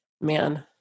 man